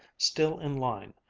still in line,